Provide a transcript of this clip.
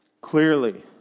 clearly